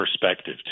perspective